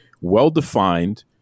well-defined